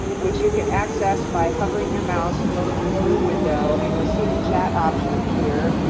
which you can access by hovering your mouse over the zoom window and you'll see the chat option appear.